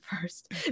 first